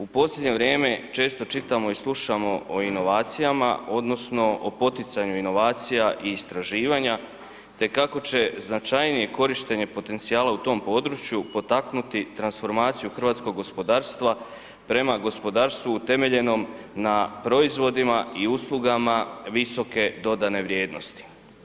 U posljednje vrijeme, često čitamo i slušamo o inovacijama, odnosno o poticajnim inovacija i istraživanja te kako će značajnije korištenje potencijala u tom području potaknuti transformaciju hrvatskog gospodarstva prema gospodarstvu utemeljenom na proizvodima i uslugama visoke dodane vrijednosti.